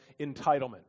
entitlement